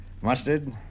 Mustard